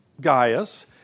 Gaius